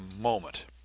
moment